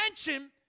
attention